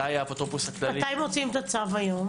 מתי מוציאים את הצו היום?